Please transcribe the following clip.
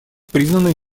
признаны